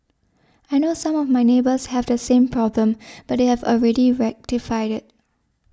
I know some of my neighbours have the same problem but they have already rectified it